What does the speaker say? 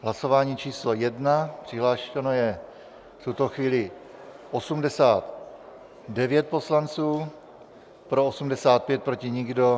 Hlasování číslo 1, přihlášeno je v tuto chvíli 89 poslanců, pro 85, proti nikdo.